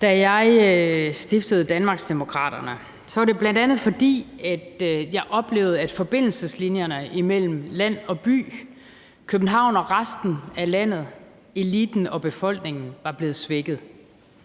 Da jeg stiftede Danmarksdemokraterne, var det bl.a., fordi jeg oplevede, at forbindelseslinjerne imellem land og by, København og resten af landet, eliten og befolkningen, var blevet svækket.